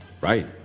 right